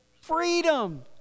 freedom